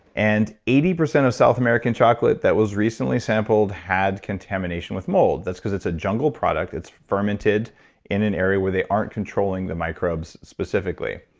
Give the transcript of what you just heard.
and eighty percent of south american chocolate that was recently sampled had contamination with mold. that's because it's a jungle product. it's fermented in an area where they aren't controlling the microbes specifically.